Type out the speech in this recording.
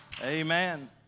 Amen